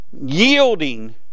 Yielding